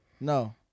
No